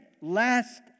last